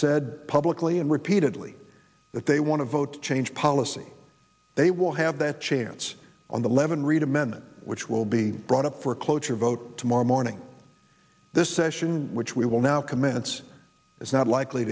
said publicly and repeatedly that they want to vote change policy they will have their chance on the levin reid amendment which will be brought up for cloture vote tomorrow morning this session which we will now commence is not likely